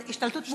השתלטות מוחלטת.